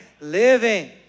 living